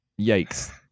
yikes